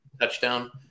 touchdown